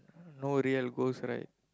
no real ghost right